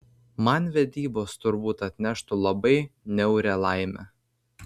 man vedybos turbūt atneštų labai niaurią laimę